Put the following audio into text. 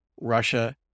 Russia